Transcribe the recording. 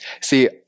See